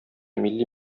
милли